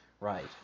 right